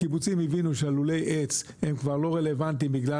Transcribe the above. הקיבוצים הבינו שלולי העץ הם כבר לא רלוונטיים בגלל